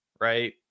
right